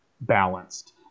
balanced